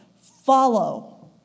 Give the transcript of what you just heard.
follow